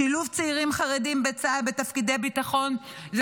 שילוב צעירים חרדים בצה"ל בתפקידי ביטחון הוא